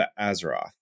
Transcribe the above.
Azeroth